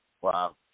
Wow